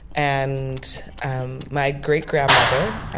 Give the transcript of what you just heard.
and um my great-grandmother,